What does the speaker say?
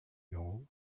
know